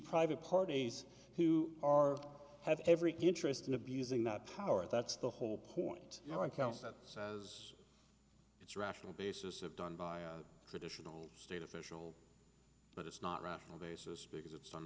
private parties who are have every interest in abusing that power that's the whole point no one counts that says it's rational basis of done by a traditional state official but it's not rational basis